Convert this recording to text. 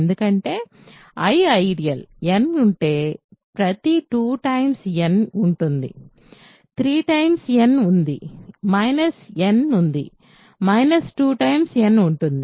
ఎందుకంటే I ideal n ఉంటే ప్రతి 2 n ఉంటుంది 3 n ఉంది n ఉంది 2 n ఉంటుంది